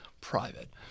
private